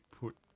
put